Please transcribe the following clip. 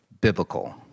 biblical